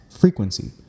frequency